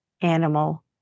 animal